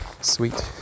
Sweet